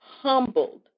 humbled